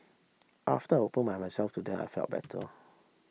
after I opened myself to them I felt better